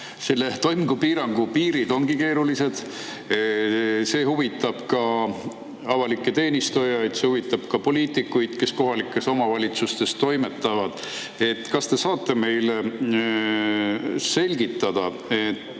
toimingupiirangu piirid ongi keerulised. See huvitab ka avalikke teenistujaid, see huvitab ka poliitikuid, kes kohalikes omavalitsustes toimetavad. Kas te saate meile selgitada,